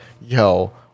yo